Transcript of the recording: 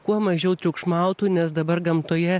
kuo mažiau triukšmautų nes dabar gamtoje